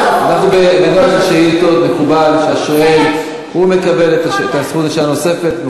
בזמן השאילתות מקובל שהשואל מקבל את הזכות לשאלה נוספת.